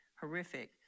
horrific